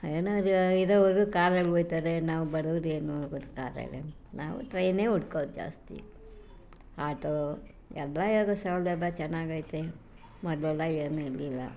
ಏನೋ ಇರೋರು ಕಾರಲ್ಲಿ ಒಯ್ತಾರೆ ನಾವು ಬಡವ್ರು ಏನು ಹೋಗೋದು ಕಾರಲ್ಲಿ ನಾವು ಟ್ರೈನೇ ಹುಡ್ಕೋದು ಜಾಸ್ತಿ ಆಟೋ ಎಲ್ಲ ಏನು ಸೌಲಭ್ಯ ಚೆನ್ನಾಗೈತೆ ಮೊದಲೆಲ್ಲ ಏನೂ ಇರಲಿಲ್ಲ